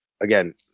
again